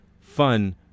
Fun